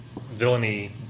villainy